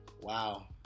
wow